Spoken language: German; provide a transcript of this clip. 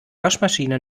waschmaschine